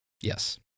Yes